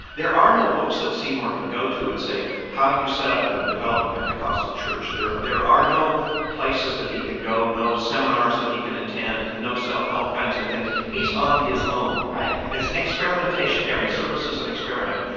there are no books that seymour can go to and say, how do you set up and develop a pentecostal church? there there are no places that he can go, no seminars that he can attend, no self-help kinds of things. he's on his own. it's experimentation. every service is an experiment.